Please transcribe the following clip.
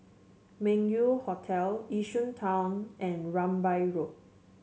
Meng Yew Hotel Yishun Town and Rambai Road